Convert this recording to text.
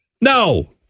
No